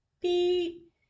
beep